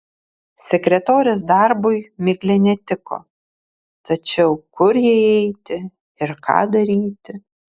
sekretorės darbui miglė netiko tačiau kur jai eiti ir ką daryti